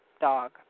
dog